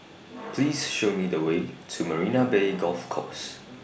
Please Show Me The Way to Marina Bay Golf Course